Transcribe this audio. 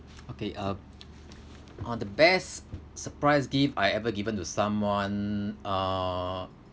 okay uh on the best surprise gift I ever given to someone uh